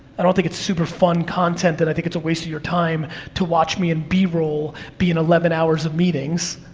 i don't think it's super fun content, and i think it's a waste of your time to watch me in b roll be in eleven hours of meetings.